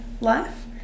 life